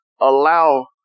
allow